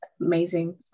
amazing